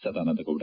Sadananda Gowda